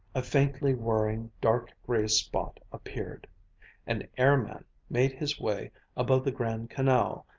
a faintly whirring dark-gray spot appeared an airman made his way above the grand canal,